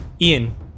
Ian